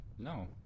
No